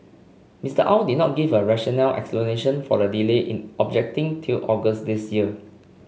Mister Au did not give a rational explanation for the delay in objecting till August this year